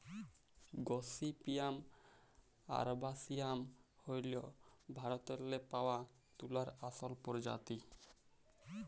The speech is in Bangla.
গসিপিয়াম আরবাসিয়াম হ্যইল ভারতেল্লে পাউয়া তুলার আসল পরজাতি